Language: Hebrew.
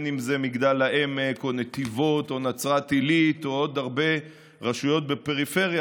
אם במגדל העמק ואם בנתיבות או נצרת עילית ועוד הרבה רשויות בפריפריה,